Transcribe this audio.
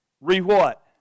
re-what